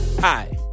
Hi